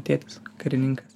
tėtis karininkas